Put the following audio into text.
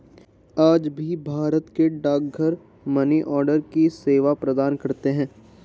आज भी भारत के डाकघर मनीआर्डर की सेवा प्रदान करते है